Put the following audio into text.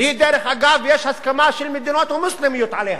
שהיא, דרך אגב, יש הסכמה של מדינות מוסלמיות עליה,